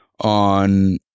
on